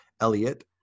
Elliot